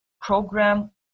program